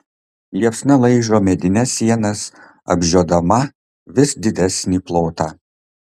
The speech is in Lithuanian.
liepsna laižo medines sienas apžiodama vis didesnį plotą